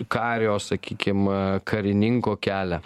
kario sakykim karininko kelią